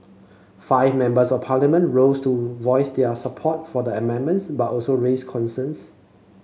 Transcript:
five Members of Parliament rose to voice their support for the amendments but also raised concerns